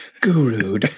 Guru